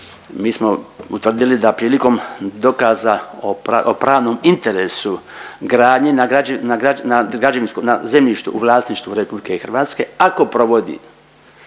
mi smo utvrdili da prilikom dokaza o pravnom interesu gradnje na zemljištu u vlasništvu RH ako provodi